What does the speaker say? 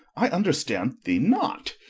i understand thee not.